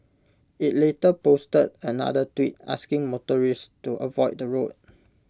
IT later posted another tweet asking motorists to avoid the road